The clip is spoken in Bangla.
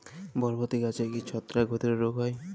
বরবটি গাছে কি ছত্রাক ঘটিত রোগ হয়?